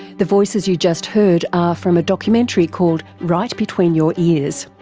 the voices you just heard are from a documentary called right between your ears.